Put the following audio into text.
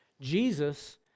Jesus